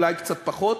אולי קצת פחות,